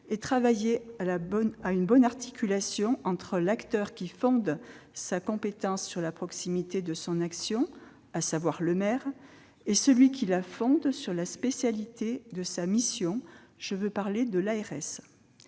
à définir la bonne articulation entre l'acteur qui fonde sa compétence sur la proximité de son action, à savoir le maire, et celui qui la fonde sur la spécialité de sa mission, en l'occurrence l'ARS,